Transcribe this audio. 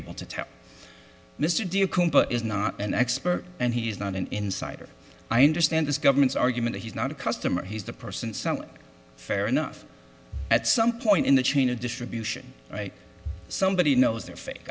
able to tell mr de is not an expert and he is not an insider i understand this government's argument he's not a customer he's the person someone fair enough at some point in the chain of distribution right somebody knows they're fake